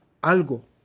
algo